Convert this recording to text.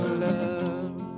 love